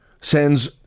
sends